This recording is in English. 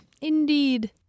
Indeed